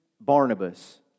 Barnabas